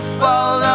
fall